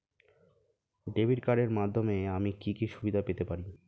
Debit কার্ডের মাধ্যমে আমি কি কি সুবিধা পেতে পারি?